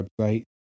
website